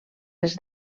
les